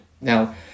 Now